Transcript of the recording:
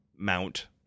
mount